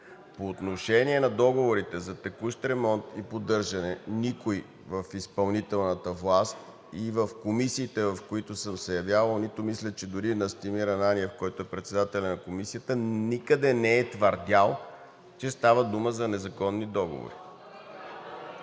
По отношение на договорите за текущ ремонт и поддръжка, никой в изпълнителната власт и в комисиите, в които съм се явявал, нито мисля, че дори Настимир Ананиев, който е председателят на Комисията, никъде не е твърдял, че става дума за незаконни договори.